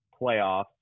playoffs